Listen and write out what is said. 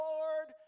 Lord